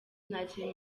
ntakiri